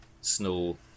Snow